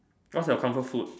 what's your comfort food